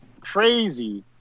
crazy